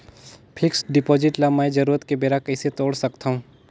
Fixed deposit ल मैं जरूरत के बेरा कइसे तोड़ सकथव?